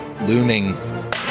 looming